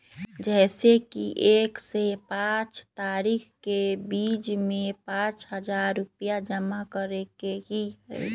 जैसे कि एक से पाँच तारीक के बीज में पाँच हजार रुपया जमा करेके ही हैई?